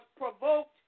provoked